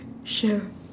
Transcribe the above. sure